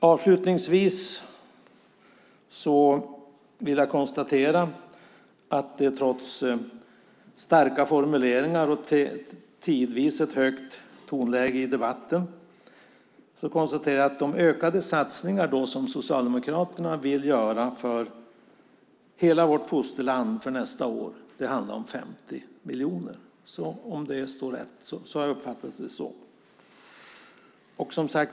Avslutningsvis vill jag konstatera att trots starka formuleringar och tidvis ett högt tonläge i debatten, handlar de ökade satsningar som Socialdemokraterna vill göra för hela vårt fosterland för nästa år om 50 miljoner. Om det står rätt har jag uppfattat det så.